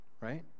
right